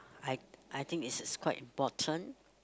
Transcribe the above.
I I think is is quite important